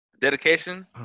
dedication